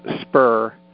spur